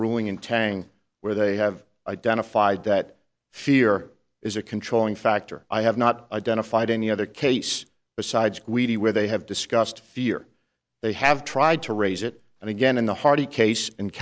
in tang where they have identified that fear is a controlling factor i have not identified any other case besides where they have discussed fear they have tried to raise it and again in the hearty case in